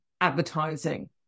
advertising